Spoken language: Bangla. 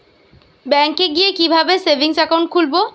ব্যাঙ্কে গিয়ে কিভাবে সেভিংস একাউন্ট খুলব?